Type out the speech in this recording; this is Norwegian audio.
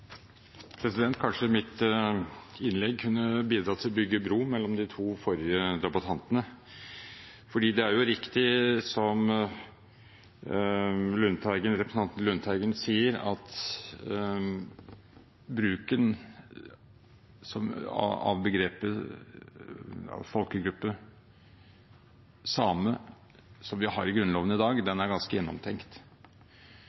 sies. Kanskje mitt innlegg kunne bidra til å bygge bro mellom de to forrige debattantene. Det er riktig som representanten Lundteigen sier, at begrepet på en folkegruppe, samene, som vi har i Grunnloven i dag, er ganske gjennomtenkt. Bakgrunnen for den